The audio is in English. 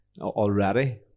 already